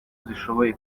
zishoboye